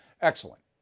Excellent